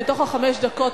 מתוך חמש הדקות,